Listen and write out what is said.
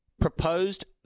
proposed